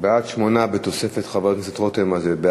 בעד, 8, בתוספת חבר הכנסת רותם, 9,